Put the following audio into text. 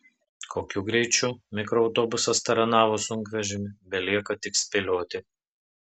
kokiu greičiu mikroautobusas taranavo sunkvežimį belieka tik spėlioti